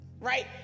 right